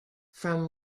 from